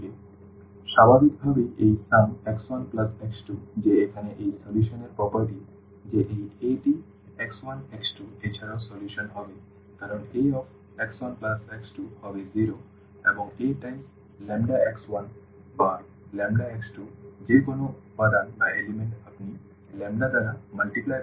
সুতরাং স্বাভাবিকভাবেই এই যোগফল x1x2 যে এখানে এই সমাধান এর বৈশিষ্ট্য যে এই a টি x1x2 এছাড়াও সমাধান হবে কারণ Ax1x2 হবে 0 এবং A টাইমস λx1 বা λx2 যে কোন উপাদান আপনি দ্বারা গুণ করতে পারেন যে এছাড়াও হবে 0